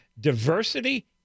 diversity